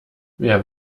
wer